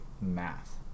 math